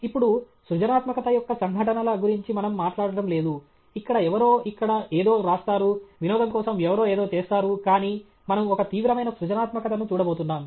ఇప్పుడు సృజనాత్మకత యొక్క సంఘటనల గురించి మనం మాట్లాడటం లేదు ఇక్కడ ఎవరో ఇక్కడ ఏదో వ్రాస్తారు వినోదం కోసం ఎవరో ఏదో చేస్తారు కానీ మనము ఒక తీవ్రమైన సృజనాత్మకతను చూడబోతున్నాం